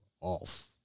off